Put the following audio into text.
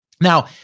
Now